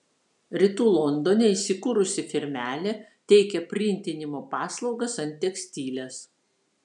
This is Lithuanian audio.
rytų londone įsikūrusi firmelė teikia printinimo paslaugas ant tekstiles